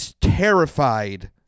terrified